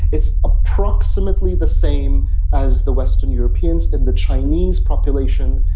it's approximately the same as the western europeans. in the chinese population,